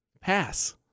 Pass